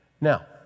now